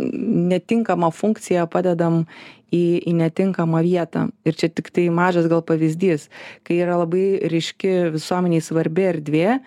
netinkamą funkciją padedam į į netinkamą vietą ir čia tiktai mažas gal pavyzdys kai yra labai ryški visuomenei svarbi erdvė